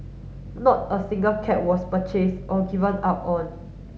not a single cat was purchased or given up on